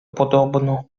podobno